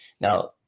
Now